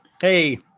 Hey